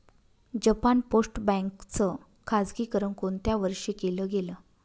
Japan post bank च खाजगीकरण कोणत्या वर्षी केलं गेलं?